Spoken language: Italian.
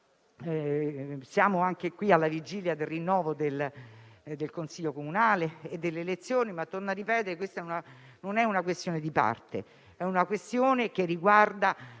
Siamo, alla vigilia del rinnovo del consiglio comunale e delle elezioni, ma, torno a ripetere, non si tratta di una questione di parte. È una questione che riguarda